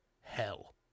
hell